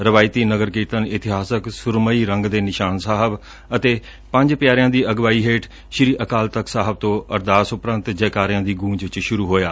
ਰਵਾਇਤੀ ਨਗਰ ਕੀਰਤਨ ਇਤਿਹਾਸਕ ਸੁਰਮਈ ਰੰਗ ਦੇ ਨਿਸ਼ਾਨ ਸਾਹਿਬ ਅਤੇ ਪੰਜ ਪਿਆਰਿਆਂ ਦੀ ਅਗਵਾਈ ਹੇਠ ਸ੍ਰੀ ਅਕਾਲ ਤਖ਼ਤ ਸਾਹਿਬ ਤੋਂ ਅਰਦਾਸ ਉਪਰੰਤ ਜੈਕਾਰਿਆਂ ਦੀ ਗੂੰਜ ਚ ਸੁਰੂ ਹੋਇਆ